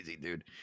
dude